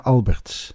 Alberts